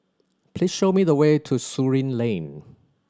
please show me the way to Surin Lane